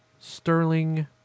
Sterling